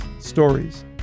stories